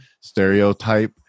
stereotype